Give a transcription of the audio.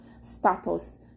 status